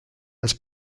als